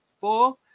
four